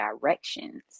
directions